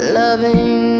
loving